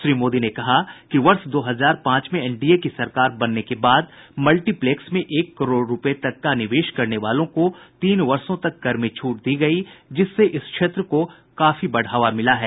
श्री मोदी ने कहा कि वर्ष दो हजार पांच में एनडीए की सरकार बनने के बाद मल्टीप्लेक्स में एक करोड़ रुपये तक का निवेश करने वालों को तीन वर्षों तक कर में छूट दी गयी जिससे इस क्षेत्र को काफी बढ़ावा मिला है